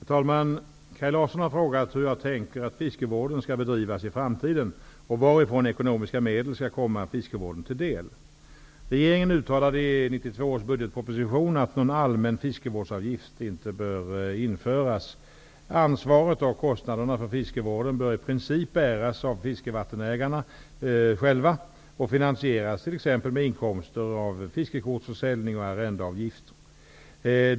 Herr talman! Kaj Larsson har frågat hur jag tänker att fiskevården skall bedrivas i framtiden och varifrån ekonomiska medel skall komma fiskevården till del. Regeringen uttalade i 1992 års budgetproposition att någon allmän fiskevårdsavgift inte bör införas. Ansvaret och kostnaderna för fiskevården bör i princip bäras av fiskevattenägarna själva och finansieras t.ex. med inkomster av fiskekortsförsäljning och arrendeavgifter.